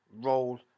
Roll